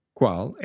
Qual